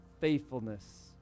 faithfulness